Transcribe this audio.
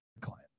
client